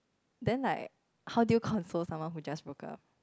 then like how do you console someone who just broke up